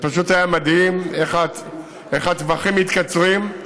זה היה פשוט מדהים איך הטווחים מתקצרים.